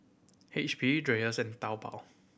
H P Dreyers and Taobao